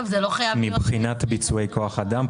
מבחינת ביצועי כוח אדם,